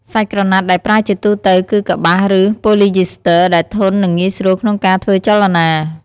សាច់ក្រណាត់ដែលប្រើជាទូទៅគឺ កប្បាស ឬ ប៉ូលីយីស្ទ័រ ដែលធន់ និងងាយស្រួលក្នុងការធ្វើចលនា។